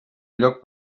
lloc